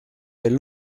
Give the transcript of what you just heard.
del